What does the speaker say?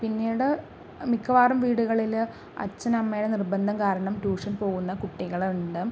പിന്നീട് മിക്കവാറും വീടുകളില് അച്ഛൻ അമ്മയുടെ നിർബന്ധം കാരണം ട്യൂഷൻ പോകുന്ന കുട്ടികളുണ്ട്